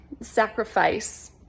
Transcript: sacrifice